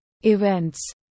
events